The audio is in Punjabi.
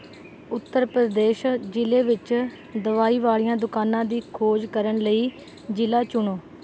ਉੱਤਰ ਪ੍ਰਦੇਸ਼ ਜ਼ਿਲ੍ਹੇ ਵਿੱਚ ਦਵਾਈ ਵਾਲੀਆਂ ਦੁਕਾਨਾਂ ਦੀ ਖੋਜ ਕਰਨ ਲਈ ਜ਼ਿਲ੍ਹਾ ਚੁਣੋ